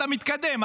אתה מתקדם,